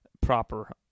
proper